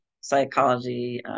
psychology